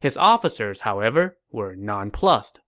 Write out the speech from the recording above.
his officers, however, were nonplused